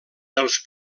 els